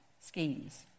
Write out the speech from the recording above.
schemes